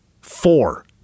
Four